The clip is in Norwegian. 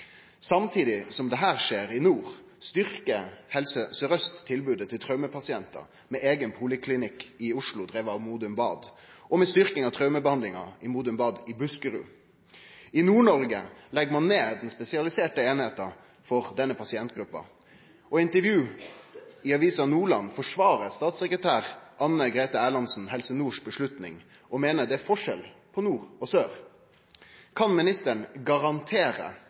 Samtidig som dette skjer i nord, styrkjer Helse Sør-Øst tilbodet til traumepasientar med eigen poliklinikk i Oslo, driven av Modum Bad, og med styrking av traumebehandlinga ved Modum Bad i Buskerud. I Nord-Noreg legg ein ned spesialiserte einingar for denne pasientgruppa. I eit intervju i Avisa Nordland forsvarer statssekretær Anne Grethe Erlandsen Helse Nord si avgjerd og meiner det er forskjell på nord og sør. Kan ministeren garantere